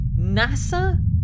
NASA